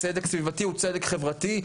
צדק סביבתי הוא צדק חברתי,